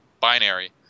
binary